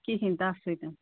کِہیٖنۍ تَتھ سۭتۍ